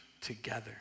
together